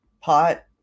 pot